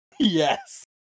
yes